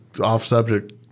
off-subject